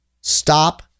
Stop